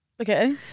Okay